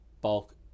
bulk